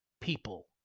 people